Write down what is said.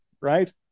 right